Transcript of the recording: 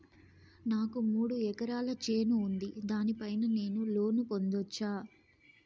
నాకు మూడు ఎకరాలు చేను ఉంది, దాని పైన నేను లోను పొందొచ్చా?